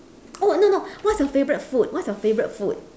oh no no what's your favourite food what's your favourite food